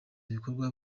ibikorwa